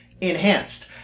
enhanced